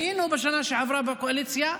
היינו בשנה שעברה בקואליציה,